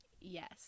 Yes